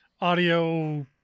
audio